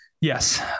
yes